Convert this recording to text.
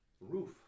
roof